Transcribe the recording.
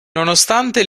nonostante